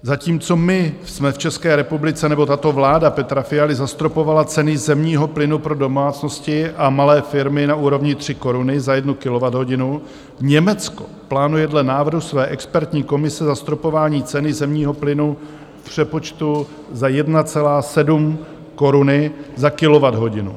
Zatímco my jsme v České republice, nebo tato vláda Petra Fialy zastropovala ceny zemního plynu pro domácnosti a malé firmy na úrovni 3 koruny za jednu kilowatthodinu, Německo plánuje dle návrhu své expertní komise zastropování ceny zemního plynu v přepočtu za 1,7 koruny za kilowatthodinu.